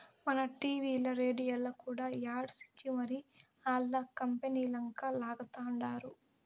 మన టీవీల్ల, రేడియోల్ల కూడా యాడ్స్ ఇచ్చి మరీ ఆల్ల కంపనీలంక లాగతండారు